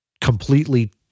completely